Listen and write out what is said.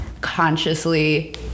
consciously